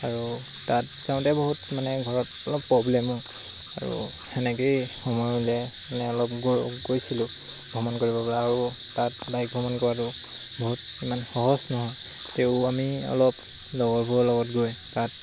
আৰু তাত যাওঁতে বহুত মানে ঘৰত অলপ প্ৰব্লেমো আৰু সেনেকৈয়ে সময় উলিয়াই মানে অলপ গৈছিলোঁ ভ্ৰমণ কৰিব পৰা আৰু তাত বাইক ভ্ৰমণ কৰাটো বহুত ইমান সহজ নহয় তেওঁ আমি অলপ লগৰবোৰৰ লগত গৈ তাত